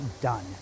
done